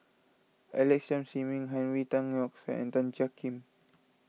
Alex Yam Ziming Henry Tan Yoke See and Tan Jiak Kim